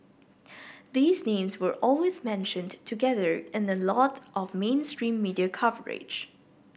these names were always mentioned together in a lot of mainstream media coverage